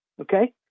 Okay